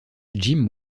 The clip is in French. jim